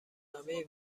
همه